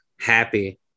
happy